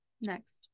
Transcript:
Next